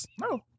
No